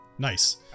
Nice